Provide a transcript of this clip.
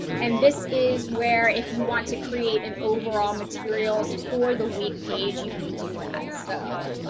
and this is where if you want to create an overall materials for the week page, you can do that so